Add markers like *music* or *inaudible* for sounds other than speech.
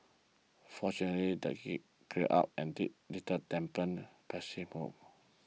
fortunately that he clear up and did little dampen *unintelligible*